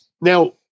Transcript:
now